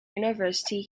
university